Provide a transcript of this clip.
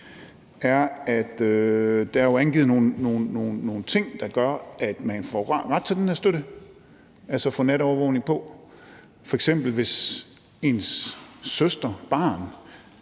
er, at der jo er angivet nogle ting, der gør, at man får ret til den her støtte, altså får natovervågning på. Det er f.eks., hvis ens søster, barn